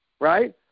right